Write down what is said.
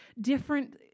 different